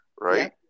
right